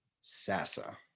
sasa